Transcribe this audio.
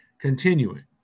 Continuing